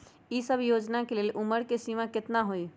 ई सब योजना के लेल उमर के सीमा केतना हई?